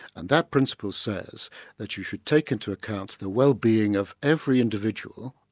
and that principle says that you should take into account the wellbeing of every individual,